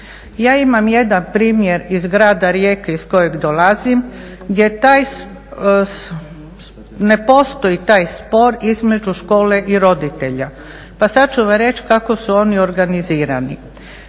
Ja imam jedan primjer iz Grada Rijeke iz dolazim gdje taj, ne postoji taj spor između škole i roditelja. Pa sad ću vam reći kako su oni organizirani,